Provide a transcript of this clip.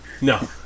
No